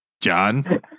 john